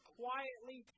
quietly